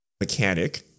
mechanic